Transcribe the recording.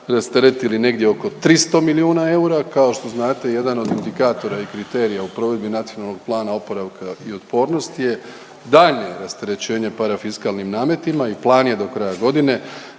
rastereti negdje oko 300 milijuna eura. Kao što znate jedan od indikatora i kriterija u provedbi Nacionalnog plana oporavka i otpornosti je daljnje rasterećenje parafiskalnim nametima i plan je do kraja godine